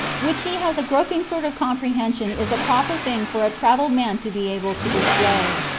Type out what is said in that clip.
which he has a groping sort of comprehension is a proper thing for a traveled man to be able to display.